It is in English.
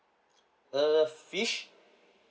err fish